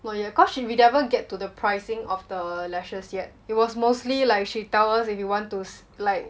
not yet cause she never get to the pricing of the lashes yet it was mostly like she tell us if you want to like